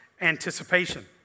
anticipation